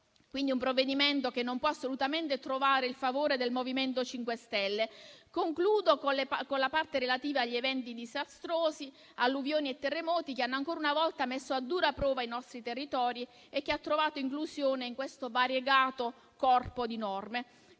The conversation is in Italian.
di un provvedimento che non può assolutamente trovare il favore del MoVimento 5 Stelle. Concludo con la parte relativa agli eventi disastrosi, alluvioni e terremoti, che hanno ancora una volta messo a dura prova i nostri territori; una parte che ha trovato inclusione in questo variegato corpo di norme.